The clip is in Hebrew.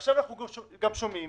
ועכשיו אנחנו גם שומעים